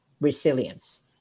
resilience